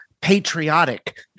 patriotic